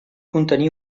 contenir